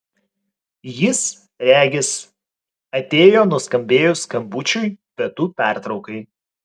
jis regis atėjo nuskambėjus skambučiui pietų pertraukai